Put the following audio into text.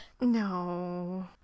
No